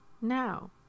now